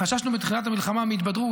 בתחילת המלחמה חששנו מהתבדרות,